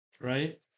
right